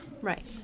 Right